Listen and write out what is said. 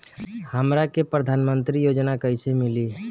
हमरा के प्रधानमंत्री योजना कईसे मिली?